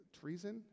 treason